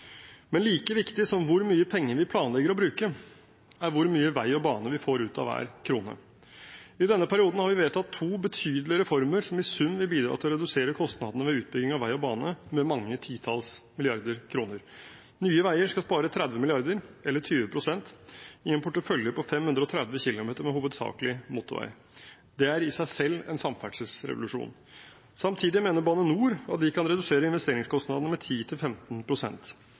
Men like viktig som hvor mye penger vi planlegger å bruke, er hvor mye vei og bane vi får ut av hver krone. I denne perioden har vi vedtatt to betydelige reformer som i sum vil bidra til å redusere kostnadene ved utbygging av vei og bane med mange titalls milliarder kroner. Nye Veier skal spare 30 mrd. kr – eller 20 pst. – i en portefølje på 530 km med hovedsakelig motorvei. Det er i seg selv en samferdselsrevolusjon. Samtidig mener Bane NOR at de kan redusere investeringskostnadene med 10–15 pst. Frem til